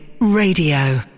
Radio